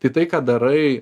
tai tai ką darai